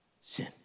sin